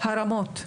הרמות,